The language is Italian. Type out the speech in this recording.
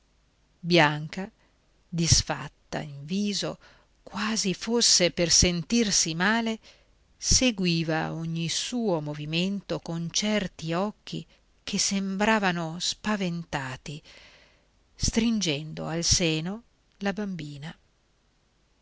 bianca disfatta in viso quasi fosse per sentirsi male seguiva ogni suo movimento con certi occhi che sembravano spaventati stringendo al seno la bambina